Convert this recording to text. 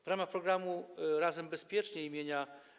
W ramach programu „Razem bezpieczniej” im.